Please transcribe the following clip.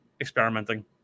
experimenting